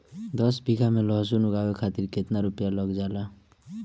दस बीघा में लहसुन उगावे खातिर केतना रुपया लग जाले?